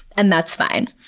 and that's fine,